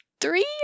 three